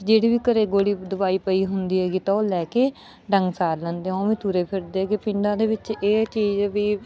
ਅਤੇ ਜਿਹੜੀ ਵੀ ਘਰੇ ਗੋਲੀ ਦਵਾਈ ਪਈ ਹੁੰਦੀ ਹੈਗੀ ਤਾਂ ਉਹ ਲੈ ਕੇ ਡੰਗ ਸਾਰ ਲੈਂਦੇ ਉਹ ਵੀ ਤੁਰੇ ਫਿਰਦੇ ਹੈਗੇ ਪਿੰਡਾਂ ਦੇ ਵਿੱਚ ਇਹ ਚੀਜ਼ ਵੀ